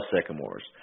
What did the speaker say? sycamores